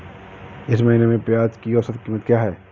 इस महीने में प्याज की औसत कीमत क्या है?